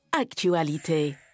Actualité